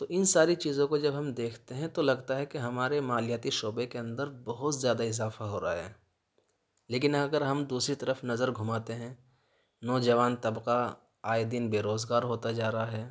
تو ان ساری چیزوں کو جب ہم دیکھتے ہیں تو لگتا ہے کہ ہمارے مالیاتی شعبے کے اندر بہت زیادہ اضافہ ہو رہا ہے لیکن اگر ہم دوسری طرف نظر گھماتے ہیں نو جوان طبقہ آئے دن بےروزگار ہوتا جا رہا ہے